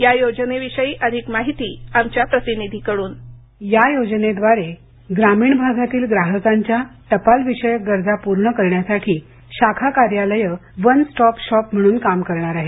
या योजने विषयी अधिक माहिती आमच्या प्रतिनिधीकडून स्क्रिप्ट या योजनेद्वारे ग्रामीण भागातील ग्राहकांच्या टपालविषयक गरजा पूर्ण करण्यासाठी शाखा कार्यालयं वन स्टॉप शॉप म्हणून काम करणार आहेत